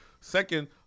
Second